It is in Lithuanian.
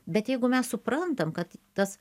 bet jeigu mes suprantam kad tas